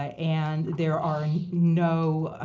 and there are no